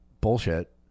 Bullshit